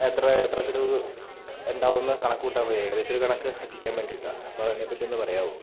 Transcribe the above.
എത്ര എത്രത്തിലാണ് ഉണ്ടാവുന്ന കണക്ക് കൂട്ടാൻ മതിയാ ഏകദേശം ഒരു കണക്ക് എത്തിക്കാൻ വേണ്ടീട്ടാണ് അപ്പം അതിനെ പറ്റി ഒന്ന് പറയാവോ